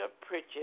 Pritchett